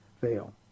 fail